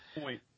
Point